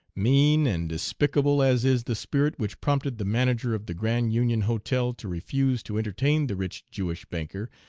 mean and despicable as is the spirit which prompted the-manager of the grand union hotel to refuse to entertain the rich jewish banker,